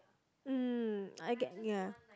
mm I get ya